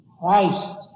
Christ